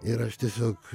ir aš tiesiog